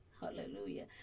Hallelujah